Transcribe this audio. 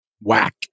whack